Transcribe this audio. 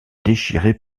déchiré